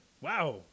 Wow